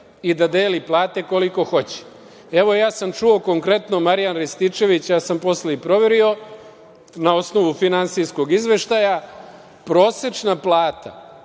i da deli plate koliko hoće. Ja sam čuo konkretno Marijan Rističević, posle sam i proverio na osnovu finansijskog izveštaja, prosečna plata